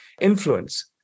influence